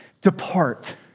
depart